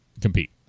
compete